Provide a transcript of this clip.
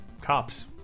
cops